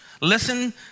Listen